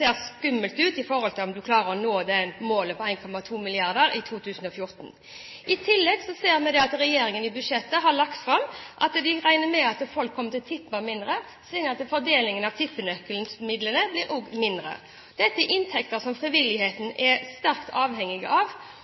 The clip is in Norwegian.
skummelt ut med hensyn til om man klarer å nå målet om 1,2 mrd. kr i 2014. I tillegg ser vi at regjeringen i budsjettet som er lagt fram, regner med at folk kommer til å tippe mindre, slik at fordelingen av tippenøkkelmidlene også blir mindre. Dette er inntekter som frivilligheten er sterkt avhengig av,